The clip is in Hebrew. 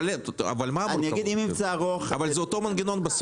אבל זה אותו מנגנון.